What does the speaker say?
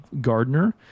gardener